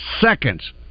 seconds